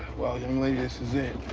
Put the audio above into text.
well, young lady, this is it.